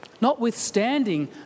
Notwithstanding